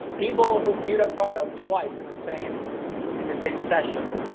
people who viewed a product twice in the same and the same session,